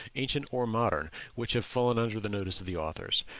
ancient or modern, which have fallen under the notice of the authors.